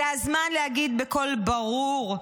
זה הזמן להגיד בקול ברור,